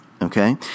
okay